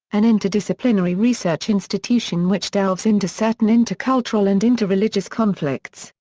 an interdisciplinary research institution which delves into certain intercultural and inter-religious conflicts,